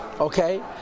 Okay